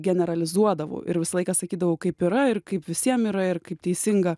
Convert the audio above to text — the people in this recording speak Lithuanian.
genaralizuodavau ir visą laiką sakydavau kaip yra ir kaip visiems yra ir kaip teisinga